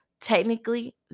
Technically